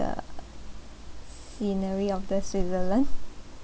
scenery of the switzerland